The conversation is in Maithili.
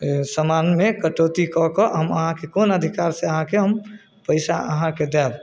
समानमे कटौती कऽ कऽ हम अहाँके कोन अधिकार से अहाँके हम पैसा अहाँके दैब